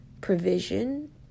provision